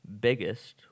biggest